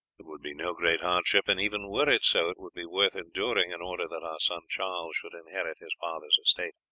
it would be no great hardship, and even were it so it would be worth enduring in order that our son charles should inherit his father's estate.